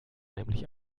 nämlich